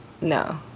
no